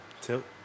Tilt